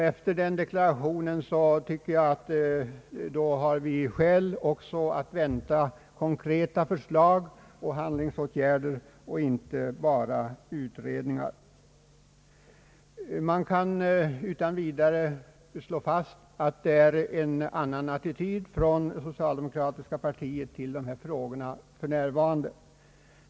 Efter den deklarationen tycker jag att vi också har skäl att vänta konkreta förslag och handlingsåtgärder och inte bara utredningar. Man kan utan vidare slå fast att det socialdemokratiska partiet för närvarande intar en annan attityd till dessa frågor.